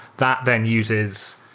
that then uses